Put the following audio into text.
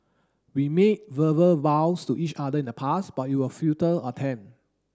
we made verbal vows to each other in the past but it was futile attempt